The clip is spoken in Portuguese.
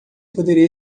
poderia